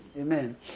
Amen